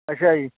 ਅੱਛਾ ਜੀ